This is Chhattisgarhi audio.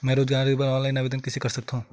मैं रोजगार ऋण बर ऑनलाइन आवेदन कइसे कर सकथव?